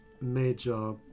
Major